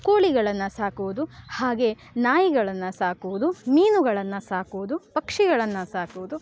ಕೋಳಿಗಳನ್ನು ಸಾಕುವುದು ಹಾಗೆ ನಾಯಿಗಳನ್ನು ಸಾಕುವುದು ಮೀನುಗಳನ್ನು ಸಾಕುವುದು ಪಕ್ಷಿಗಳನ್ನು ಸಾಕುವುದು